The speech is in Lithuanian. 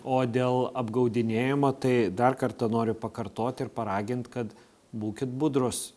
o dėl apgaudinėjamo tai dar kartą noriu pakartoti ir paragint kad būkit budrūs